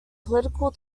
political